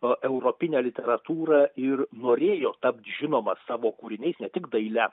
europinę literatūrą ir norėjo tapt žinomas savo kūriniais ne tik daile